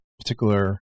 particular